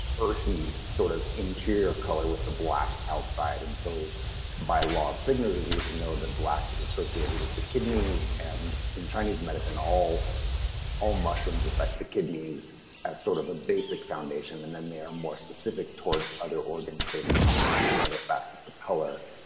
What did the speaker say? earthy sort of interior color with the black outside. and so by law of signatures, we can know that black is associated with the kidneys and in chinese medicine all all mushrooms affect the kidneys as sort of a basic foundation and then they are more specific towards other organs based on the the other facets of color.